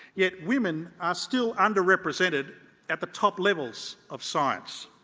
yet women are still under-represented at the top levels of science.